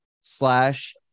slash